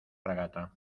fragata